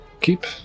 Keep